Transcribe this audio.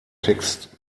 text